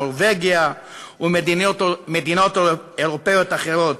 נורבגיה ומדינות אירופיות אחרות.